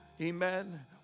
Amen